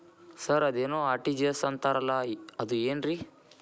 Sir ಅದೇನು RTGS ಅಂತಾರಲಾ ಅದು ಏನ್ರಿ?